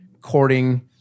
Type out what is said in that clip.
courting